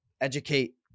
educate